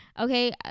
Okay